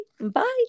Bye